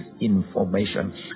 information